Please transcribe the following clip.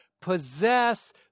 possess